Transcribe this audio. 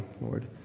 Lord